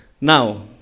Now